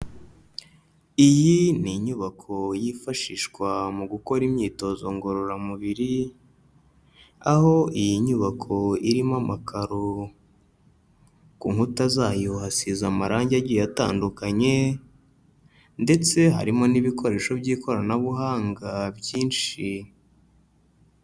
Iyi ni inyubako yifashishwa mu gukora imyitozo ngororamubiri, aho iyi nyubako irimo amakaro. Ku nkuta zayo hasize amarangi agiye atandukanye ndetse harimo n'ibikoresho by'ikoranabuhanga byinshi.